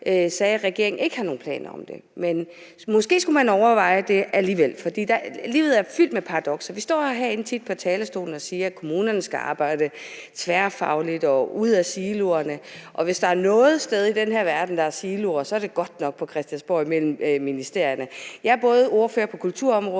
sagde, at regeringen ikke har nogen planer om det. Men måske skulle man overveje det alligevel, for livet er fyldt med paradokser. Vi står tit på talerstolen herinde og siger, at kommunerne skal arbejde tværfagligt og skal komme ud af siloerne. Hvis der er noget sted i den her verden, hvor der er siloer, så er det godt nok på Christiansborg imellem ministerierne. Jeg er både ordfører på kulturområdet